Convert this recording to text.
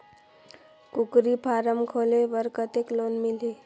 कूकरी फारम खोले बर कतेक लोन मिलही?